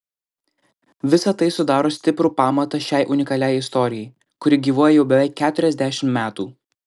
visa tai sudaro stiprų pamatą šiai unikaliai istorijai kuri gyvuoja jau beveik keturiasdešimt metų